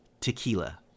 Tequila